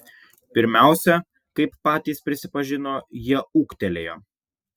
pirmiausia kaip patys prisipažino jie ūgtelėjo